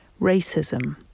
racism